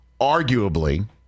arguably